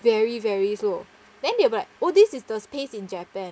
very very slow then they'll be like oh this is the pace in japan